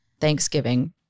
Thanksgiving